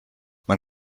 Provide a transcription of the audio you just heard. man